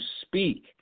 speak